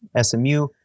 smu